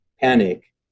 panic